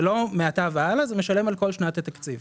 זה לא מעתה והלאה אלא זה משלם על כל שנת התקציב.